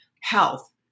Health